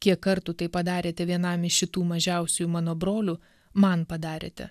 kiek kartų tai padarėte vienam iš šitų mažiausiųjų mano brolių man padarėte